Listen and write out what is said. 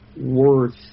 worth